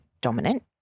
dominant